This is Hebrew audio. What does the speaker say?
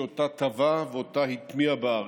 שאותה טבע ואותה הטמיע בארץ,